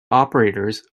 operators